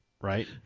right